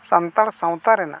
ᱥᱟᱱᱛᱟᱲ ᱥᱟᱶᱛᱟ ᱨᱮᱱᱟᱜ